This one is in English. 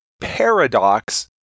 paradox